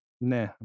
nah